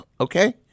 Okay